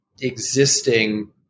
existing